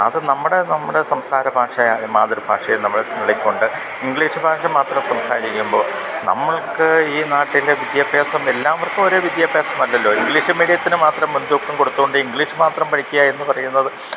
അത് നമ്മുടെ നമ്മുടെ സംസാരഭാഷയായ മാതൃഭാഷയെ നമ്മൾ തള്ളിക്കൊണ്ട് ഇങ്ക്ളീഷ് ഭാഷ മാത്രം സംസാരിക്കുമ്പോൾ നമ്മൾക്ക് ഈ നാട്ടിൻ്റെ വിദ്യാഭ്യാസം എല്ലാവർക്കും ഒരേ വിദ്യാഭ്യാസമല്ലല്ലോ ഇങ്ക്ളീഷ് മീഡിയത്തിന് മാത്രം മുൻതൂക്കം കൊടുത്തുകൊണ്ട് ഇങ്ക്ളീഷ് മാത്രം പഠിക്കുക എന്ന് പറയുന്നത്